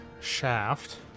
shaft